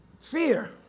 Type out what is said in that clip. Fear